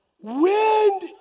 Wind